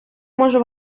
можу